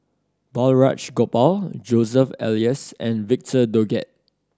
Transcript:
Balraj Gopal Joseph Elias and Victor Doggett